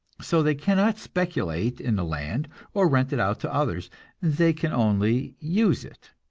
so they cannot speculate in the land or rent it out to others they can only use it,